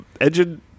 engine